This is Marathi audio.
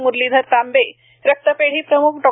मुरलीधर तांबे रक्तपेढी प्रमुख डॉ